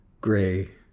Gray